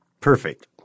Perfect